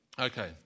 Okay